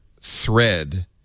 thread